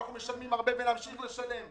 ואנחנו משלמים הרבה ונמשיך לשלם.